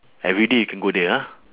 everyday you can go there ha